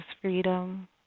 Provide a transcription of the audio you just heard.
freedom